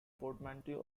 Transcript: portmanteau